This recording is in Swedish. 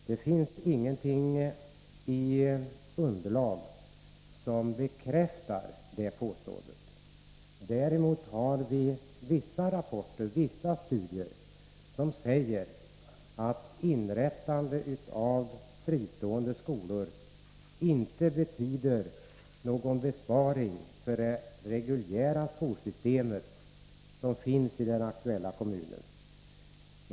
Det finns inget underlag som bekräftar det påståendet. Däremot finns det vissa studier som säger, att inrättande av fristående skolor inte leder till någon besparing för det reguljära skolsystem som finns i den aktuella kommunen.